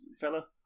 fella